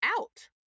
out